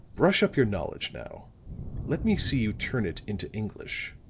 brush up your knowledge now let me see you turn it into english.